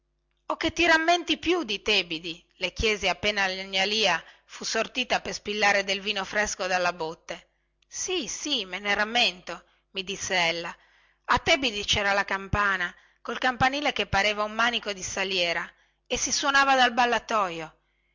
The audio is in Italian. o che ti rammenti più di tebidi le chiesi appena la gnà lia fu sortita per spillare del vino fresco della botte sì sì me ne rammento mi disse ella a tebidi cera la campana col campanile che pareva un manico di saliera e si suonava dal ballatojo